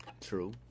True